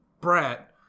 brat